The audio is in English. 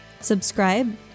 Subscribe